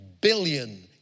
billion